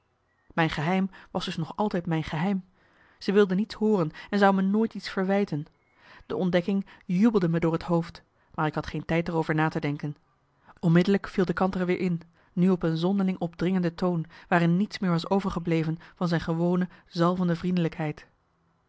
mijn geheim was dus nog altijd mijn geheim ze wilde niets hooren en zou me nooit iets verwijten de ontdekking jubelde me door het hoofd maar ik had geen tijd er over na te denken onmiddellijk viel de kantere weer in nu op een zonderling opdringende toon waarin niets meer was overgebleven van zijn gewone zalvende vriendelijkheid